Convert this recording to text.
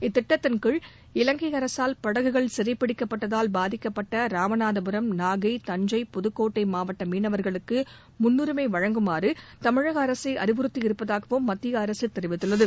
இத்திட்டத்தின் கீழ் இலங்கை அரசால் படகுகள் சிறைப்பிடிக்கப்பட்டதால் பாதிக்கப்பட்ட ராமநாதபுரம் நாகை தஞ்சை புதுக்கோட்டை மாவட்ட மீனவர்களுக்கு முன்னுரிமை வழங்குமாறு தமிழக அரசை அறிவறுத்தியிருப்பதாகவும் மத்திய அரசு தெரிவித்துள்ளது